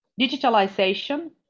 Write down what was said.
digitalization